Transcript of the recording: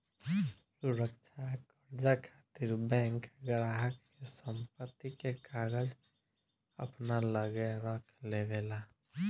सुरक्षा कर्जा खातिर बैंक ग्राहक के संपत्ति के कागज अपना लगे रख लेवे ला